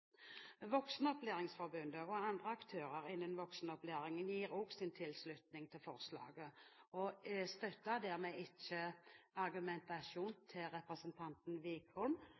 Voksenopplæringsforbundet og andre aktører innen voksenopplæringen gir også sin tilslutning til forslaget og støtter dermed ikke argumentasjonen til representanten Wickholm